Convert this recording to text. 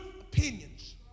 opinions